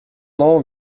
nom